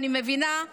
אני מבינה.